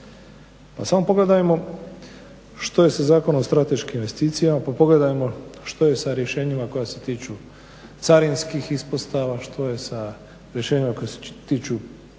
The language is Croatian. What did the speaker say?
Pa samo pogledajmo što je sa Zakonom o strateškim investicijama pa pogledajmo što je sa rješenjima koja se tiču carinskih ispostava, što je sa rješenjima koja se tiču